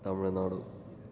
Tamil Nadu